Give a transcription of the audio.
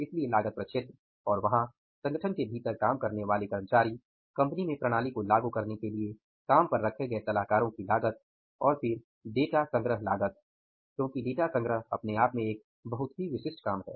इसलिए लागत प्रक्षेत्र और वहां संगठन के भीतर काम करनेवाले कर्मचारी कंपनी में प्रणाली को लागू करने के लिए काम पर रखे गए सलाहकारों की लागत और फिर डेटा संग्रह लागत क्योंकि डेटा संग्रह अपने आप में एक बहुत विशिष्ट काम है